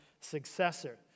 successor